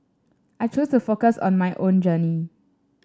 I choose to focus on my own journey